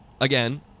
Again